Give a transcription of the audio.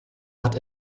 hat